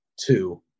two